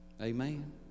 Amen